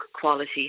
quality